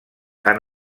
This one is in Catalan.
han